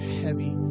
heavy